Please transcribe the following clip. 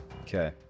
Okay